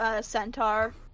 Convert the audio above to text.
centaur